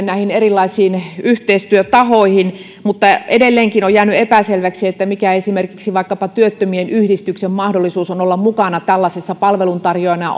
näihin erilaisiin yhteistyötahoihin mutta edelleenkin on jäänyt epäselväksi millainen on esimerkiksi vaikkapa työttömien yhdistysten mahdollisuus olla mukana tällaisessa palveluntarjoajana